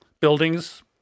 buildings